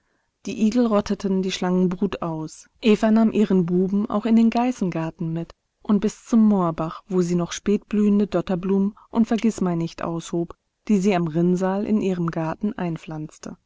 die igel rotteten die schlangenbrut aus eva nahm ihren buben auch in den geißengarten mit und bis zum moorbach wo sie noch spätblühende dotterblumen und vergißmeinnicht aushob die sie am rinnsal in ihrem garten einpflanzte